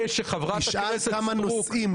תשאל כמה נושאים.